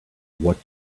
what